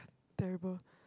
terrible